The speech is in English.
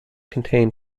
contain